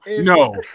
No